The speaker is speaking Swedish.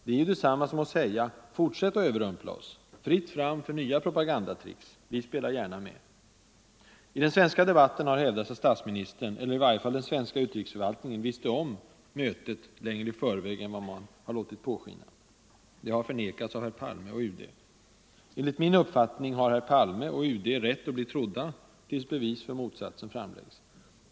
Det är ju detsamma som att säga: Fortsätt att överrumpla oss, fritt fram för nya propagandatricks, vi spelar gärna med! I den svenska debatten har hävdats att statsministern, eller i varje fall den svenska utrikesförvaltningen, visste om mötet längre i förväg än vad man låtit påskina. Det har förnekats av herr Palme och UD. Enligt min uppfattning har herr Palme och UD rätt att bli trodda tills bevis för motsatsen framläggs.